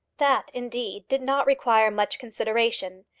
that, indeed, did not require much consideration.